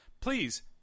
please